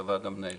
את הוועד המנהל?